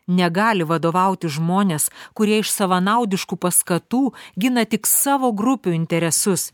negali vadovauti žmonės kurie iš savanaudiškų paskatų gina tik savo grupių interesus